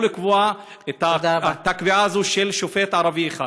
לקבוע את הקביעה הזאת של שופט ערבי אחד.